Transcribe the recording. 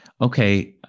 Okay